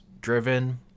driven